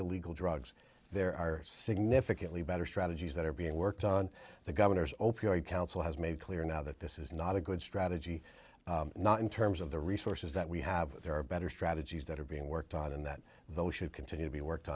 illegal drugs there are significantly better strategies that are being worked on the governor's opioid counsel has made clear now that this is not a good strategy not in terms of the resources that we have there are better strategies that are being worked out in that those who continue to be worked